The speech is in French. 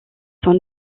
son